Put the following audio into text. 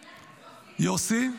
יוסי,